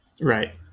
right